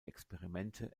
experimente